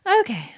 Okay